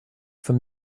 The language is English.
from